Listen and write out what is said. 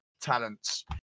talents